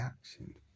action